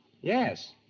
Yes